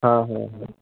हाँ हाँ हाँ